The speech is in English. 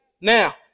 now